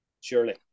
surely